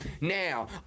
Now